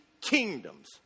kingdoms